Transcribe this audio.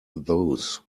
those